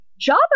Java